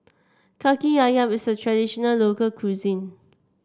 kaki ayam is a traditional local cuisine